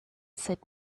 said